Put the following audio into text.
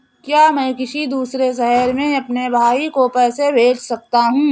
क्या मैं किसी दूसरे शहर में अपने भाई को पैसे भेज सकता हूँ?